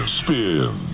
spin